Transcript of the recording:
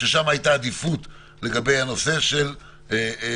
ששם הייתה עדיפות לגבי הנושא של הוכחות.